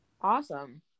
Awesome